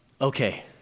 Okay